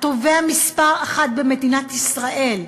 התובע מספר אחת במדינת ישראל,